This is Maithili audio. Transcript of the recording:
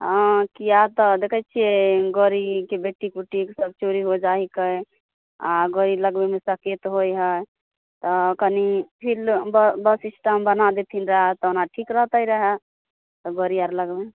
किए तऽ देखै छियै गड़ीके बैट्रीक उटिक सब चोरी हो जाइ है आ गड़ी लगबैमे सक्केत होइ है तऽ कनी फील्ड बस स्टाम्प बना दैतियै रहय तऽ ठीक रहतै रहय तऽ गड़ी आर लगबैमे